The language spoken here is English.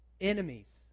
Enemies